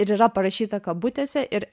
ir yra parašyta kabutėse ir